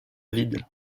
vide